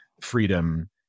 freedom